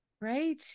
Right